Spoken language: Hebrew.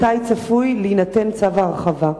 מתי צפוי להינתן צו ההרחבה?